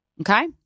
Okay